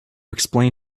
explain